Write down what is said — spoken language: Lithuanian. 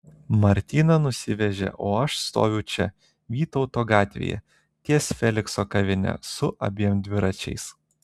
martyną nusivežė o aš stoviu čia vytauto gatvėje ties felikso kavine su abiem dviračiais